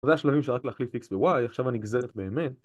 זה השלבים שרק להחליף x ב-y, עכשיו הנגזרת באמת